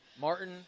Martin